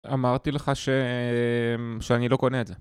אמרתי לך שאני לא קונה את זה